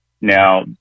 Now